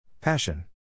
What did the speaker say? Passion